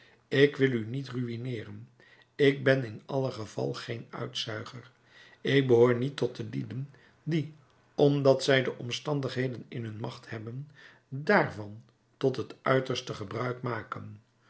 ik wil u niet ruïneeren ik ben in allen geval geen uitzuiger ik behoor niet tot de lieden die omdat zij de omstandigheden in hun macht hebben daarvan tot het uiterste gebruik maken